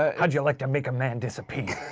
ah how'd you like to make a man disappear?